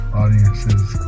audiences